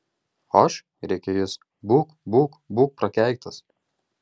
aš rėkė jis būk būk būk prakeiktas